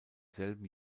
selben